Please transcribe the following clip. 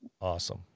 Awesome